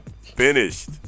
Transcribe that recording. finished